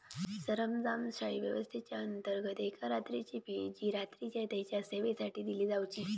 सरंजामशाही व्यवस्थेच्याअंतर्गत एका रात्रीची फी जी रात्रीच्या तेच्या सेवेसाठी दिली जावची